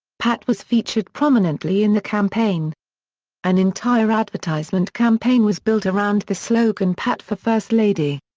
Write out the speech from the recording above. pat was featured prominently in the campaign an entire advertisement campaign was built around the slogan pat for first lady.